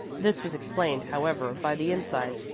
this was explained, however, by the inside,